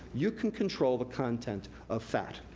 you can control the content of fat.